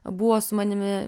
buvo su manimi